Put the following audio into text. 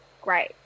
great